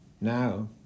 Now